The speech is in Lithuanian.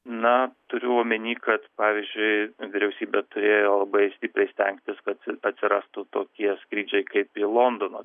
na turiu omeny kad pavyzdžiui vyriausybė turėjo labai stipriai stengtis kad atsirastų tokie skrydžiai kaip į londoną